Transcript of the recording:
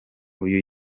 uyu